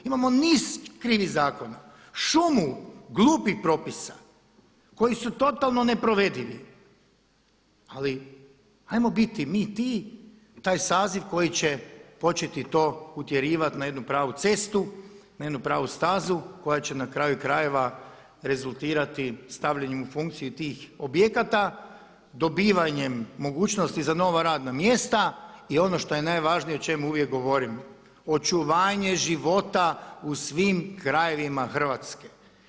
Imamo niz krivih zakona, šumu glupih propisa koji su totalno neprovedivi ali 'ajmo biti mi ti, taj saziv koji će početi to utjerivati na jednu pravu cestu, na jednu pravu stazu koja je na kraju krajeva rezultirati stavljanjem u funkciju tih objekata, dobivanjem mogućnosti za nova radna mjesta i ono što je najvažnije o čemu uvijek govorim, očuvanje života u svim krajevima Hrvatske.